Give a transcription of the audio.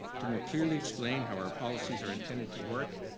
to more clearly explain how our policies are intended to work,